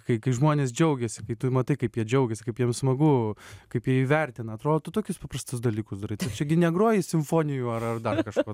kai kai žmonės džiaugiasi kai tu matai kaip jie džiaugiasi kaip jiem smagu kaip jie įvertina atrodytų tokius paprastus dalykus darai čia gi negroji simfonijų ar ar dar kažko